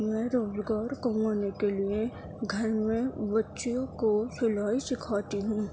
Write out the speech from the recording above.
میں روزگار کمانے کے لیے گھر میں بچیوں کو سلائی سکھاتی ہوں